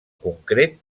concret